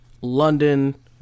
London